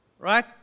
Right